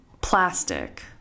plastic